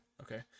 Okay